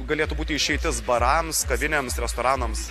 galėtų būti išeitis barams kavinėms restoranams